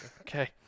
okay